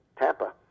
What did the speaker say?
Tampa